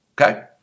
okay